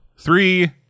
three